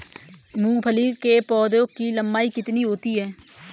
मूंगफली के पौधे की लंबाई कितनी होती है?